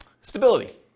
stability